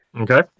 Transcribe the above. Okay